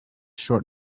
short